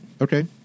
Okay